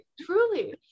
truly